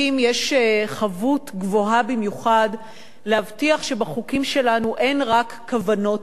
יש חבות גבוהה במיוחד להבטיח שבחוקים שלנו אין רק כוונות טובות,